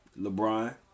LeBron